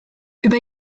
über